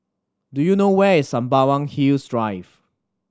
do you know where is Sembawang Hills Drive